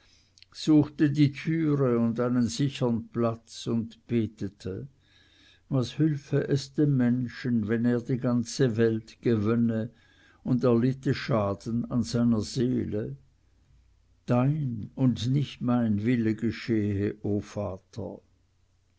suchte die türe und einen sichern platz und betete was hülfs dem menschen wenn er die ganze welt gewönne und er litte schaden an seiner seele dein und nicht mein wille geschehe o vater